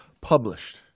published